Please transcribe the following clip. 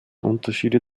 unterschiede